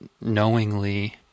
knowingly